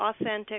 authentic